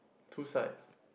two sides